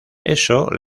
eso